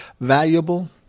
valuable